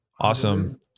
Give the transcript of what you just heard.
awesome